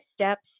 steps